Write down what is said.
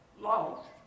lost